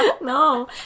No